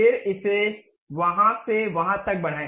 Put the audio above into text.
फिर इसे वहां से वहां तक बढ़ाएं